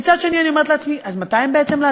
ומצד שני אני אומרת לעצמי: אז מתי לעזאזל